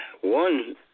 one